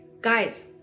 Guys